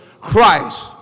Christ